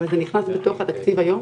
אבל זה נכנס בתוך התקציב היום?